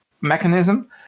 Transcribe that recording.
mechanism